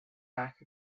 back